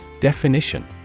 Definition